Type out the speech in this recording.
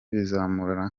bizamura